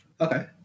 Okay